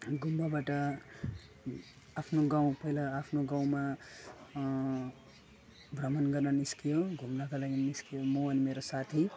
गुम्बाबाट आफ्नो गाउँ पहिला आफ्नो गाउँमा भ्रमण गर्नु निस्कियौँ घुम्नको लागि निस्क्यिौँ म र मेरो साथी